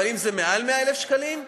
אבל אם זה מעל 100,000 שקלים,